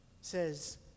says